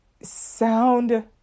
sound